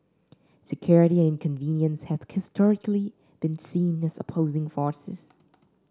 security and convenience have historically been seen as opposing forces